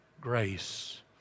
Grace